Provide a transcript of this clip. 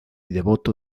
devoto